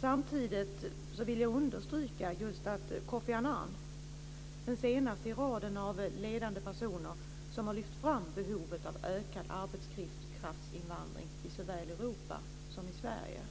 Samtidigt vill jag understryka att Kofi Annan, som den senaste i raden av ledande personer, har lyft fram behovet av ökad arbetskraftsinvandring i Europa och Sverige.